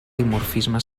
dimorfisme